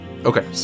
Okay